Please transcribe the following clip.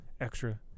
Extra